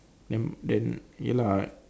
then then ya lah